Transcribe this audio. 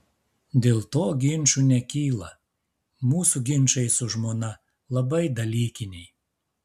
dėl to ginčų nekyla mūsų ginčai su žmona labai dalykiniai